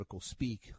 speak